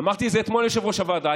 אמרתי את זה אתמול ליושב-ראש הוועדה.